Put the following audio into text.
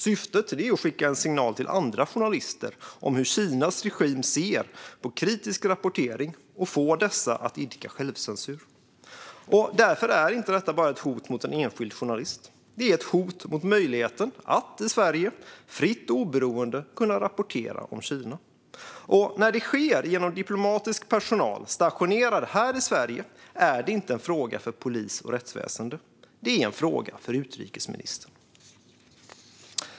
Syftet är att skicka en signal till andra journalister om hur Kinas regim ser på kritisk rapportering och att få dessa att idka självcensur. Därför är detta inte bara ett hot mot en enskild journalist. Det är ett hot mot möjligheten att i Sverige fritt och oberoende rapportera om Kina. Och när detta sker genom diplomatisk personal stationerad här i Sverige är det inte en fråga för polis och rättsväsen - det är en fråga för utrikesministern.